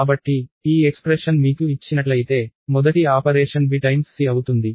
కాబట్టి ఈ ఎక్స్ప్రెషన్ మీకు ఇచ్చినట్లయితే మొదటి ఆపరేషన్ b c అవుతుంది